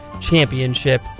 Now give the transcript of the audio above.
Championship